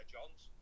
John's